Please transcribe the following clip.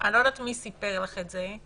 אני לא יודעת מי סיפר לך את זה.